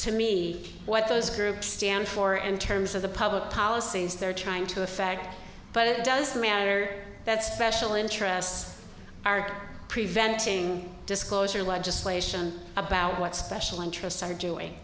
to me what those groups stand for and terms of the public policies they're trying to a fag but it does matter that's sessional interests are preventing disclosure legislation about what special interests are doing